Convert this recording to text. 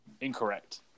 incorrect